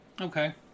okay